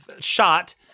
shot